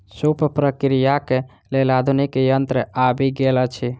सूप प्रक्रियाक लेल आधुनिक यंत्र आबि गेल अछि